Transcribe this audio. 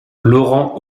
laurent